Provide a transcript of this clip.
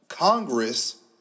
Congress